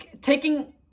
taking